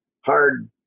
hard